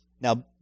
now